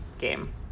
game